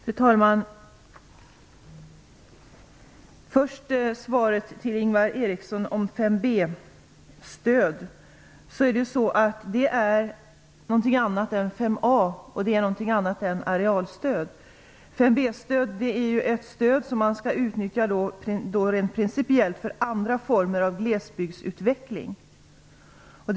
Fru talman! Först vill jag svara på Ingvar Erikssons fråga om 5 B-stöd. Det är någonting annat än 5 A-stöd och någonting annat än arealstöd. 5 B-stöd skall utnyttjas rent principiellt för andra former av glesbygdsutvecklingen.